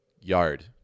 yard